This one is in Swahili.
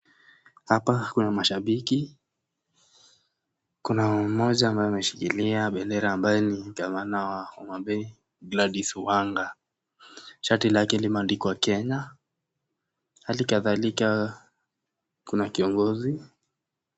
Hapa kuna mashambiki, kuna mmoja ambaye ameshikilia bendera ambaye ni gavana wa Homabay Gladys Wanga, shati lake limeandikwa Kenya, hali kadhalika kuna kiongozi.